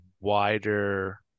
wider